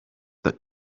that